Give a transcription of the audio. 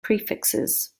prefixes